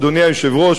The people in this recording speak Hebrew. אדוני היושב-ראש,